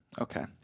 Okay